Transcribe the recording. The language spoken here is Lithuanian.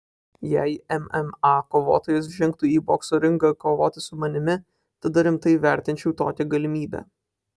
jei mma kovotojas žengtų į bokso ringą kovoti su manimi tada rimtai vertinčiau tokią galimybę